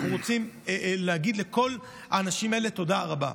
ואנחנו רוצים להגיד לכל האנשים האלה תודה רבה.